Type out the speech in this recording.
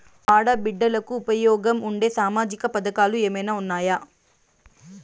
ఆడ బిడ్డలకు ఉపయోగం ఉండే సామాజిక పథకాలు ఏమైనా ఉన్నాయా?